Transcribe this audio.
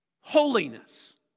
holiness